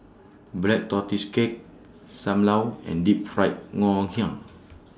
Black Tortoise Cake SAM Lau and Deep Fried Ngoh Hiang